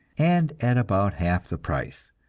and at about half the price.